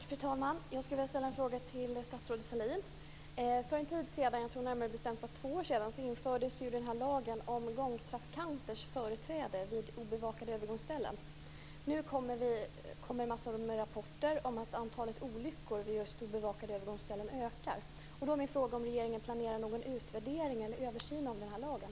Fru talman! Jag skulle vilja ställa en fråga till statsrådet Sahlin. För en tid sedan, jag tror att det var för två år sedan, infördes lagen om gångtrafikanters företräde vid obevakade övergångsställen. Nu kommer massor med rapporter om att antalet olyckor vid just obevakade övergångsställen ökar. Då är min fråga om regeringen planerar någon utvärdering eller översyn av den här lagen.